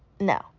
no